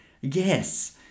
yes